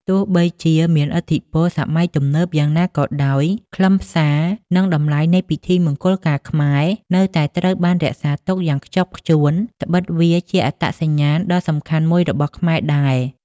ទោះបីជាមានឥទ្ធិពលសម័យទំនើបយ៉ាងណាក៏ដោយ ខ្លឹមសារ និងតម្លៃនៃពិធីមង្គលការខ្មែរនៅតែត្រូវបានរក្សាទុកយ៉ាងខ្ជាប់ខ្ជួន ដ្បិតវាជាអត្តសញ្ញាណដ៏សំខាន់មួយរបស់ខ្មែរដែរ ។